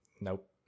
Nope